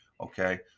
Okay